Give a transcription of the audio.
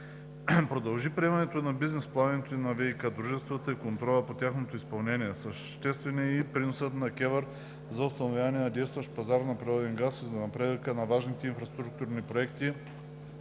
Продължи приемането на бизнес плановете на ВиК дружествата и контролът по тяхното изпълнение, съществен е и приносът на КЕВР за установяване на действащ пазар на природен газ и за напредъка на важните инфраструктурни проекти